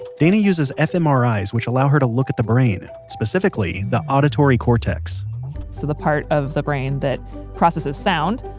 dana uses fmris which allow her to look at the brain. specifically the auditory cortex so the part of the brain that processes sound,